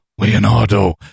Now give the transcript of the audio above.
leonardo